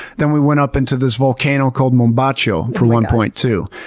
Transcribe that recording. then we went up into this volcano called mombacho for one point too,